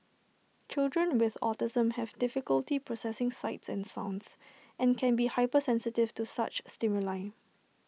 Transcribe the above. children with autism have difficulty processing sights and sounds and can be hypersensitive to such stimuli